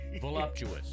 Voluptuous